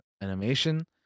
Animation